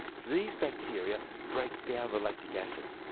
these bacteria break down the lactic acid,